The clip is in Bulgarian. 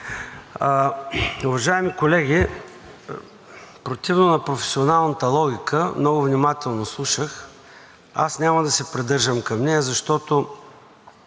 Уважаеми колеги, противно на професионалната логика, много внимателно слушах, аз няма да се придържам към нея, защото